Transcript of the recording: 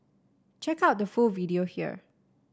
check out the full video here